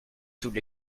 toutes